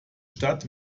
stadt